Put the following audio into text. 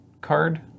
card